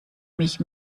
mich